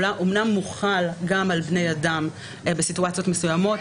אמנם מוחל גם על בני אדם בסיטואציות מסוימות,